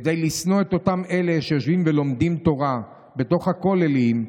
כדי לשנוא את אותם אלה שיושבים ולומדים תורה בתוך הכוללים,